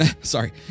Sorry